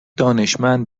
دانشمند